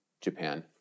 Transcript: Japan